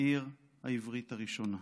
העיר העברית הראשונה.